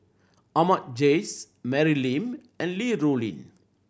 Ahmad Jais Mary Lim and Li Rulin